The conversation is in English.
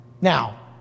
Now